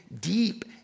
deep